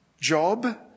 job